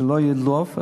שלא ידלוף.